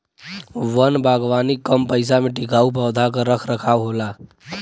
वन बागवानी कम पइसा में टिकाऊ पौधा क रख रखाव होला